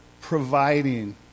providing